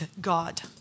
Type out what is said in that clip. God